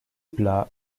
plat